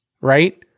right